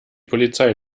polizei